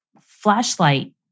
flashlight